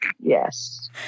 Yes